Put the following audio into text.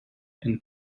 and